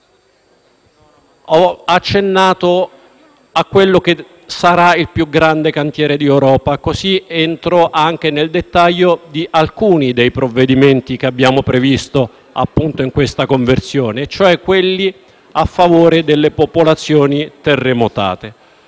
Ho accennato a quello che sarà il più grande cantiere d'Europa, così entro anche nel dettaglio di alcune misure che abbiamo previsto nel decreto-legge in conversione, e cioè quelle a favore delle popolazioni terremotate.